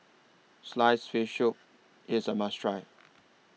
Sliced Fish Soup IS A must Try